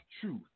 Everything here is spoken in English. truth